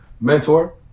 mentor